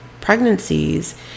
pregnancies